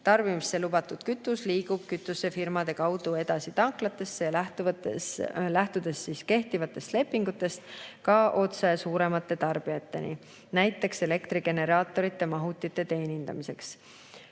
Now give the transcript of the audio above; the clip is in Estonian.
Tarbimisse lubatud kütus liigub kütusefirmade kaudu edasi tanklatesse ja lähtudes kehtivatest lepingutest ka otse suuremate tarbijateni, näiteks elektrigeneraatorite mahutite teenindamiseks.